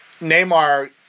Neymar